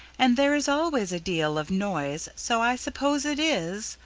and there is always a deal of noise, so i suppose it is,